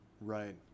Right